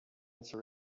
into